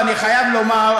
אני חייב לומר,